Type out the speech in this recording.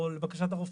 או לבקשת הרופא.